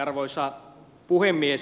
arvoisa puhemies